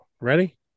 Ready